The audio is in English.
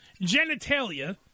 genitalia